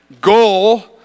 goal